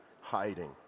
hiding